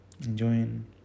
enjoying